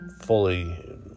fully